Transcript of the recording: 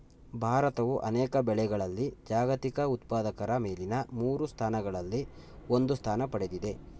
ಭಾರತವು ಅನೇಕ ಬೆಳೆಗಳಲ್ಲಿ ಜಾಗತಿಕ ಉತ್ಪಾದಕರ ಮೇಲಿನ ಮೂರು ಸ್ಥಾನಗಳಲ್ಲಿ ಒಂದು ಸ್ಥಾನ ಪಡೆದಿದೆ